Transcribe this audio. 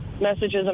messages